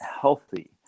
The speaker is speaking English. healthy